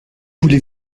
voulez